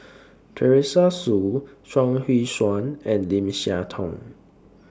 Teresa Hsu Chuang Hui Tsuan and Lim Siah Tong